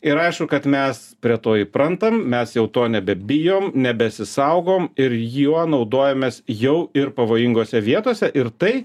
ir aišku kad mes prie to įprantam mes jau to nebebijom nebesisaugom ir juo naudojamės jau ir pavojingose vietose ir tai